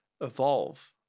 evolve